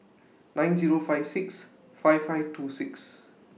nine Zero five six five five two six